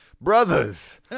Brothers